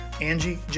Angie